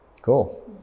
cool